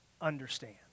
understand